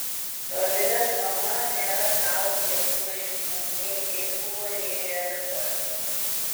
dovilės mama nėra gavusi jokių laiškų nei feisbuku nei realiu paštu